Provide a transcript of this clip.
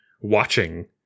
watching